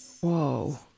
Whoa